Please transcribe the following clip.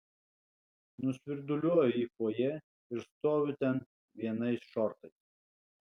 nusvirduliuoju į fojė ir stoviu ten vienais šortais